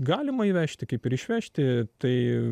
galima įvežti kaip ir išvežti tai